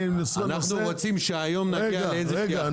אנחנו רוצים שהיום נגיע לאיזו שהיא החלטה.